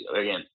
again